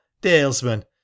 Dalesman